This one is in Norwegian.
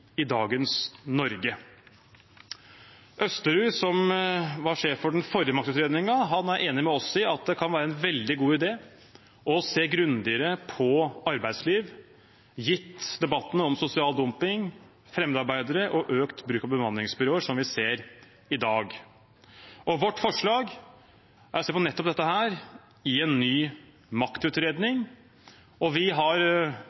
i dagens Norge. Øyvind Østerud, som var sjef for den forrige maktutredningen, er enig med oss i at det kan være en veldig god idé å se grundigere på arbeidsliv gitt debattene om sosial dumping, fremmedarbeidere og økt bruk av bemanningsbyråer som vi ser i dag. Vårt forslag er å se på nettopp dette i en ny maktutredning. Vi har